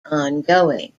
ongoing